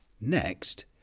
Next